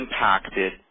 impacted